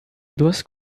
duas